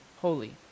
Holy